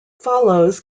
follows